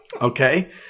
Okay